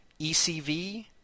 ECV